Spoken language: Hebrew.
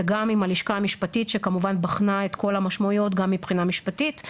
וגם עם הלשכה המשפטית שכמובן בחנה את כל המשמעויות גם מבחינה משפטית.